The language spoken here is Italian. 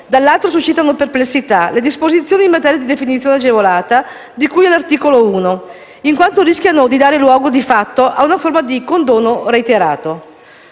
dall'altro, suscitano perplessità le disposizioni in materia di definizione agevolata di cui all'articolo 1, che di fatto rischiano di dare luogo a una forma di condono reiterato.